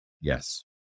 Yes